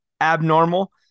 abnormal